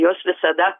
jos visada